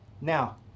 Now